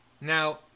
Now